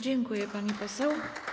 Dziękuję, pani poseł.